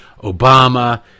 Obama